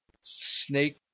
snake